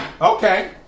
Okay